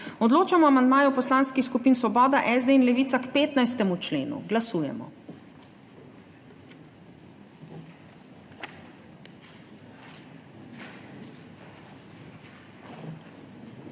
Odločamo o amandmaju poslanskih skupin Svoboda, SD in Levica k 14. členu. Glasujemo.